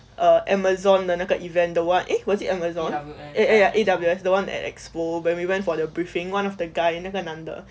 eh amazon 的那个 event the one eh was it amazon ya ya A_W_S the one at expo when we went for the briefing one of the guy 那个男的